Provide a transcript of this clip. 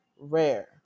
rare